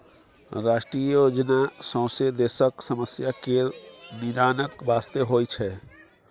राष्ट्रीय योजना सौंसे देशक समस्या केर निदानक बास्ते होइ छै